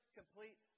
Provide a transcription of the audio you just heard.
complete